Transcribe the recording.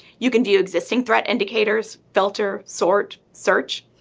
you can view exiting threat indicators filter, sort, search,